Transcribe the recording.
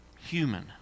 human